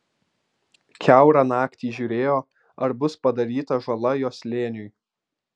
kiaurą naktį žiūrėjo ar bus padaryta žala jo slėniui